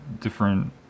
different